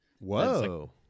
Whoa